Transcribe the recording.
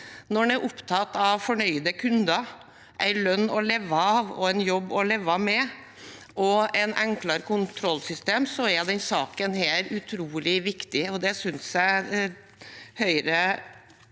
Når en er opptatt av fornøyde kunder, en lønn å leve av, en jobb å leve med og et enklere kontrollsystem, er denne saken utrolig viktig,